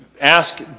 ask